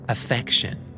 Affection